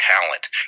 talent